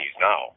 now